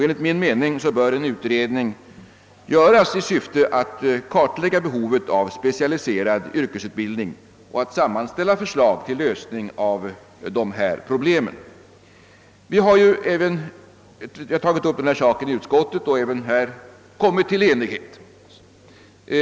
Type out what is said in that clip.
Enligt min mening bör en utredning göras i syfte att kartlägga behovet av specialiserad yrkesutbildning och sammanställa förslag till lösning av dessa problem. Vi har tagit upp denna fråga i utskottet och uppnått enighet även beträffande den.